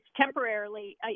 temporarily